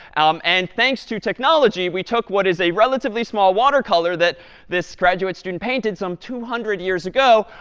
um and thanks to technology, we took what is a relatively small watercolor that this graduate student painted some two hundred years ago,